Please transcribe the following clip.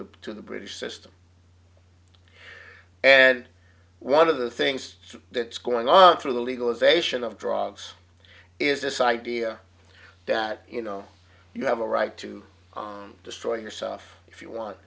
the to the british system and one of the things that's going on through the legalization of drugs is this idea that you know you have a right to destroy yourself if you want